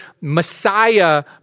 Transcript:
Messiah